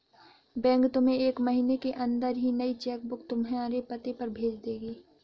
bank तुम्हें एक महीने के अंदर ही नई चेक बुक तुम्हारे पते पर भेज देगी